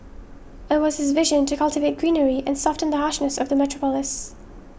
it was his vision to cultivate greenery and soften the harshness of the metropolis